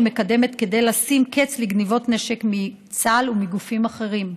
מקדמת כדי לשים קץ לגנבות נשק מצה"ל ומגופים אחרים.